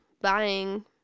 buying